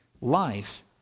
Life